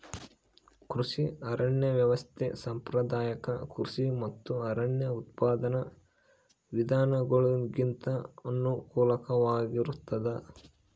ಕೃಷಿ ಅರಣ್ಯ ವ್ಯವಸ್ಥೆ ಸಾಂಪ್ರದಾಯಿಕ ಕೃಷಿ ಮತ್ತು ಅರಣ್ಯ ಉತ್ಪಾದನಾ ವಿಧಾನಗುಳಿಗಿಂತ ಅನುಕೂಲಕರವಾಗಿರುತ್ತದ